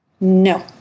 No